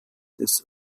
des